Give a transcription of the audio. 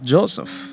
Joseph